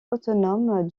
autonome